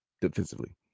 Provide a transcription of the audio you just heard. defensively